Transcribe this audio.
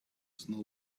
snow